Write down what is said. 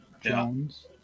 Jones